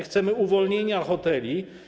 Chcemy uwolnienia hoteli.